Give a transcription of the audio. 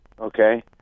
Okay